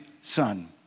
son